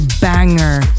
banger